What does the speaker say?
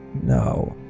no.